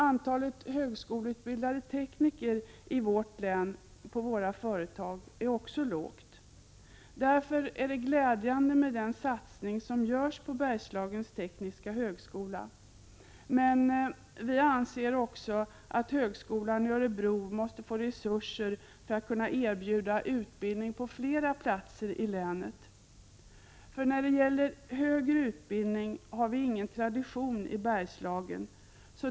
Antalet högskoleutbildade tekniker på våra företag i länet är också lågt. Därför är den satsning som görs på Bergslagens tekniska högskola glädjande, men vi anser också att högskolan i Örebro måste få resurser för att kunna erbjuda utbildning på flera platser i länet. När det gäller högre utbildning har vi ingen tradition i Bergslagen.